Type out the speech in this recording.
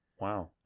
Wow